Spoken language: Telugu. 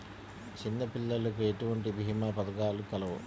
చిన్నపిల్లలకు ఎటువంటి భీమా పథకాలు కలవు?